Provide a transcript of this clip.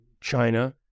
China